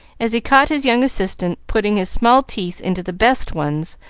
as he caught his young assistant putting his small teeth into the best ones,